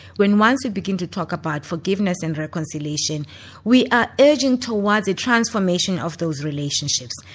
when once we begin to talk about forgiveness and reconciliation we are urging towards a transformation of those relationships.